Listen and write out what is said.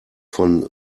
von